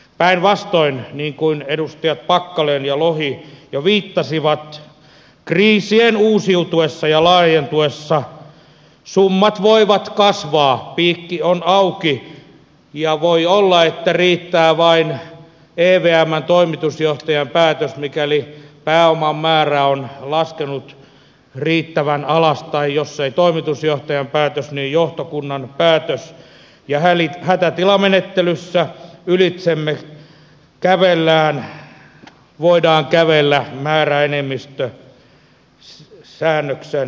päinvastoin niin kuin edustajat packalen ja lohi jo viittasivat kriisien uusiutuessa ja laajentuessa summat voivat kasvaa piikki on auki ja voi olla että riittää vain evmn toimitusjohtajan päätös mikäli pääoman määrä on laskenut riittävän alas tai jos ei toimitusjohtajan päätös niin johtokunnan päätös ja hätätilamenettelyssä ylitsemme voidaan kävellä määräenemmistösäännöksen nojalla